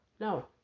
No